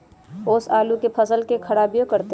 ओस आलू के फसल के खराबियों करतै?